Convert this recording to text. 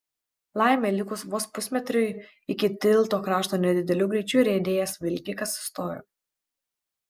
laimė likus vos pusmetriui iki tilto krašto nedideliu greičiu riedėjęs vilkikas sustojo